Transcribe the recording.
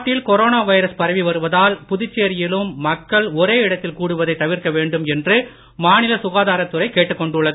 நாட்டில் corona virus பரவி வருவதால் புதுச்சேரியிலும் மக்கள் ஒரே இடத்தில் கூடுவதை தவிர்க்க வேண்டும் என மாநில சுகாதாரத் துறை கேட்டுக்கொண்டுள்ளது